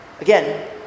Again